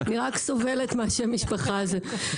אני סובלת משם המשפחה הזה.